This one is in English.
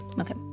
Okay